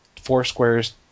Foursquare's